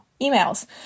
emails